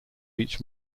each